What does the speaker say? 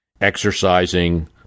exercising